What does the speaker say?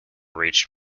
reached